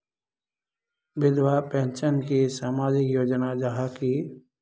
विधवा पेंशन की सामाजिक योजना जाहा की?